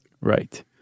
Right